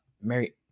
Mary